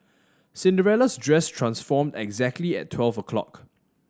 Cinderella's dress transform exactly at twelve o'clock